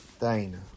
Dana